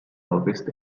ovest